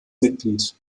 mitglied